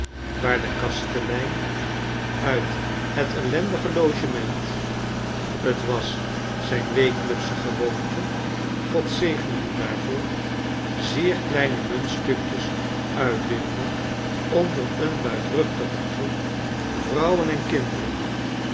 de kastelein uit het ellendigelogement t was zijne wekelijksche gewoonte god zegene hem daarvoorl zeer kleine muntstukjes uitdeelde onder een luidruchtigen troep vrouwen en kinderen